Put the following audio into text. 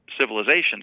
civilizations